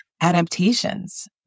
adaptations